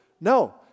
No